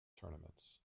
tournaments